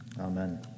Amen